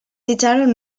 itxaron